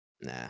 Nah